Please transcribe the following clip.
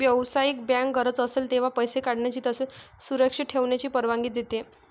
व्यावसायिक बँक गरज असेल तेव्हा पैसे काढण्याची तसेच सुरक्षित ठेवण्याची परवानगी देते